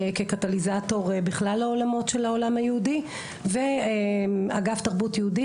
כקטליזטור בכלל של העולם היהודי ואגף תרבות יהודית,